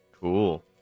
Cool